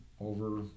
over